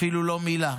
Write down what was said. אפילו לא מילה,